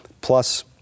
plus